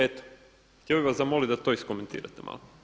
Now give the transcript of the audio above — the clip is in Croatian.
Eto, htio bih vas zamoliti da to iskomentirate malo.